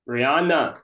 Rihanna